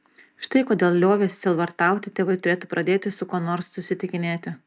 štai kodėl liovęsi sielvartauti tėvai turėtų pradėti su kuo nors susitikinėti